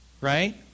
right